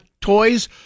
toys